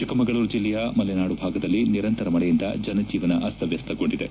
ಚಿಕ್ಕಮಗಳೂರು ಜೆಲ್ಲೆಯ ಮಲೆನಾಡು ಭಾಗದಲ್ಲಿ ನಿರಂತರ ಮಳೆಯಿಂದ ಜನಜೀವನ ಅಸ್ತವ್ಯಸ್ತಗೊಂಡಿದೆ